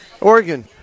Oregon